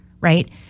right